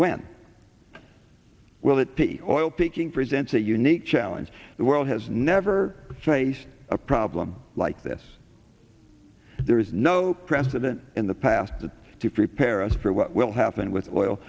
when will it be oil peaking presents a unique challenge the world has never faced a problem like this there is no precedent in the past to prepare us for what will happen with oil